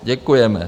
Děkujeme.